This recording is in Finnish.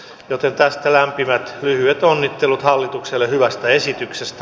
joten tästä lämpimät lyhyet onnittelut hallitukselle hyvästä esityksestä